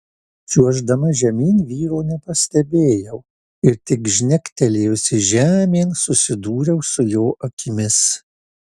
čiuoždama žemyn vyro nepastebėjau ir tik žnektelėjusi žemėn susidūriau su jo akimis